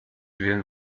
wählen